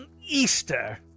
Easter